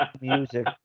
music